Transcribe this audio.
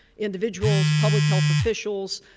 individuals, public health officials,